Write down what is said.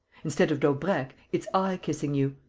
instead of daubrecq, it's i kissing you.